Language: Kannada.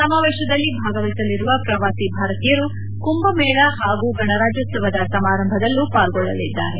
ಸಮಾವೇಶದಲ್ಲಿ ಭಾಗವಹಿಸಲಿರುವ ಪ್ರವಾಸಿ ಭಾರತೀಯರು ಕುಂಭಮೇಳ ಹಾಗೂ ಗಣರಾಜ್ಜೋತ್ಸವದ ಸಮಾರಂಭದಲ್ಲಿ ಪಾಲ್ಗೊಳ್ಳಲಿದ್ದಾರೆ